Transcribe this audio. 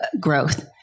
growth